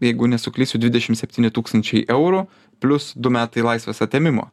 jeigu nesuklysiu dvidešim septyni tūkstančiai eurų plius du metai laisvės atėmimo